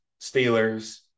Steelers